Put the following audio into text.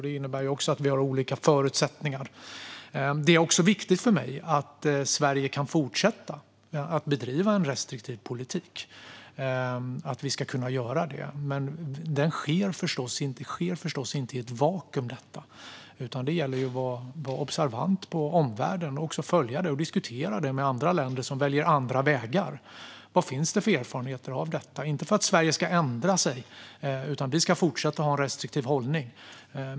Det innebär också att vi har olika förutsättningar. Det är också viktigt för mig att Sverige kan fortsätta att bedriva en restriktiv politik. Men det sker förstås inte i ett vakuum, utan det gäller att vara observant på omvärlden och följa och diskutera detta med andra länder som väljer andra vägar. Vi får ställa frågan: Vad finns det för erfarenheter av detta? Det ska vi inte göra för att Sverige ska ändra sig, utan vi ska fortsätta att ha en restriktiv hållning.